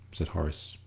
said horace.